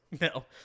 No